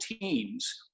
teams